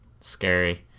Scary